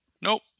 Nope